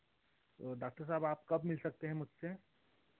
तो डॉक्टर साहब आप कब मिल सकते हैं मुझसे